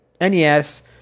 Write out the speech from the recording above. NES